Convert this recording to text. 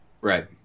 Right